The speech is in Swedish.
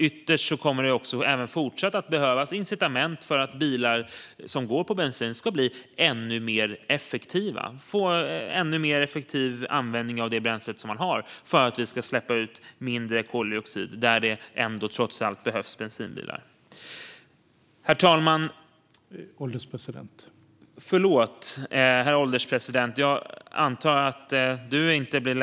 Ytterst kommer det även fortsättningsvis att behövas incitament för att bilar som går på bensin ska bli ännu mer effektiva och få en ännu mer effektiv bränsleanvändning och för att vi ska släppa ut mindre koldioxid där det trots allt behövs bensinbilar. Herr ålderspresident!